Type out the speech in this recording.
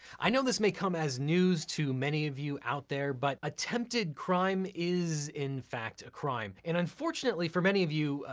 i know this may come as news to many of you out there, but attempted crime is in fact a crime, and unfortunately for many of you,